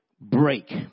break